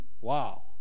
Wow